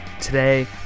today